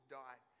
died